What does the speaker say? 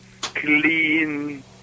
clean